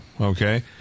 okay